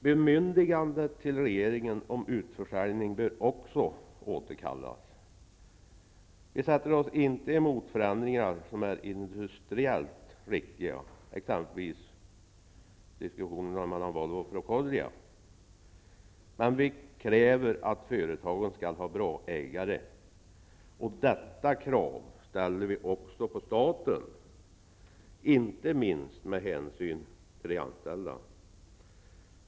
Bemyndigandet till regeringen om utförsäljning bör också återkallas. Vi sätter oss inte emot förändringar som är industriellt riktiga, exempelvis diskussionerna mellan Volvo och Procordia, men vi kräver att företagen skall ha bra ägare. Detta krav ställer vi också på staten, inte minst med hänsyn till de anställda.